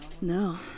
no